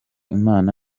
imana